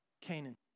Canaan